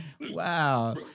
Wow